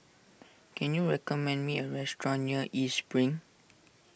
can you recommend me a restaurant near East Spring